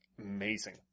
amazing